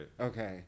Okay